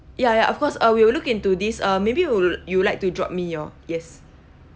ya ya of course uh we will look into this uh maybe you would you would like to drop me your yes